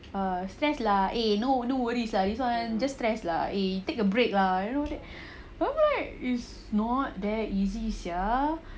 ah stress lah eh no no worries lah this [one] just stress lah eh you take a break lah I'm like it's not that easy sia